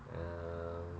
um